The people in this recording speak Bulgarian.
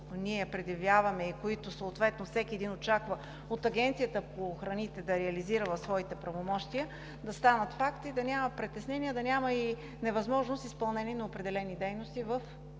които ние предявяваме и които съответно всеки един очаква от Агенцията по храните да реализира в своите правомощия, да станат факт и да няма притеснения, да няма и невъзможност за изпълнение на определени дейности в